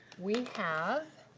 we have